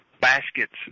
baskets